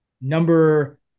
Number